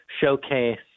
showcase